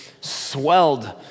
swelled